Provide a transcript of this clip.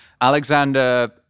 Alexander